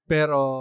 Pero